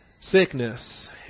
sickness